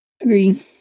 agree